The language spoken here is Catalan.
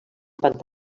pantà